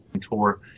tour